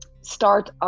start